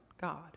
God